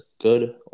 good